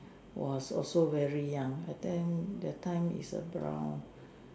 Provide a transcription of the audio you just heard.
was also very young I think that time is about